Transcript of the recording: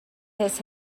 its